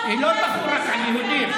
היא לא תחול רק על יהודים.